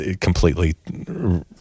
completely